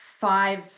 five